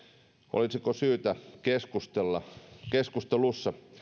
olisiko syytä keskustelussa